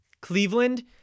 Cleveland